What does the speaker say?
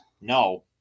No